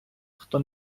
хто